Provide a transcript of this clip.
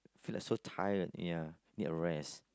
feel like so tired ya need a rest